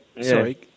Sorry